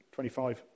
25